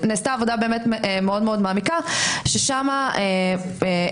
נעשתה עבודה מאוד מאוד מעמיקה ששם אזורים